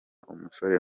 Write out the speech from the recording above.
umusore